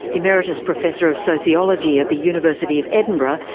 emeritus professor of sociology at the university of edinburgh,